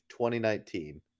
2019